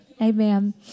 Amen